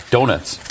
Donuts